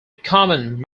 common